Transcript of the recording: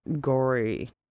gory